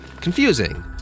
confusing